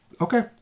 Okay